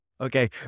okay